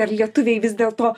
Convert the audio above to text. ar lietuviai vis dėlto